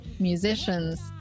musicians